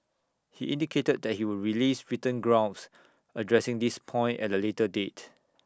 he indicated that he would release written grounds addressing this point at A later date